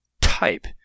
type